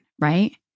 right